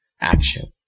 action